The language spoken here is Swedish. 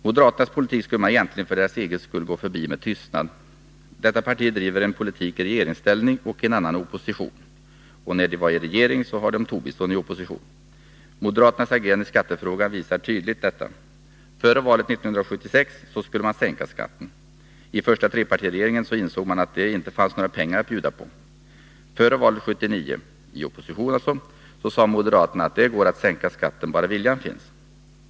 Moderaternas politik skulle man egentligen för deras egen skull gå förbi med tystnad. Detta parti driver en politik i regeringsställning och en annan i opposition. Och när de är i regering har de Lars Tobisson i opposition. Moderaternas agerande i skattefrågan visar tydligt detta. Före valet 1976 skulle man sänka skatten. I den första trepartiregeringen insåg man att det inte fanns några pengar att bjuda på. Före valet 1979 — i opposition — sade moderaterna att det går att sänka skatten bara viljan finns.